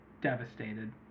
devastated